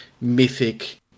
mythic